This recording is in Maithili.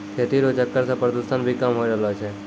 खेती रो चक्कर से प्रदूषण भी कम होय रहलो छै